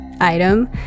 item